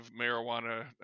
marijuana